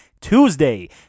Tuesday